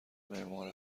معمار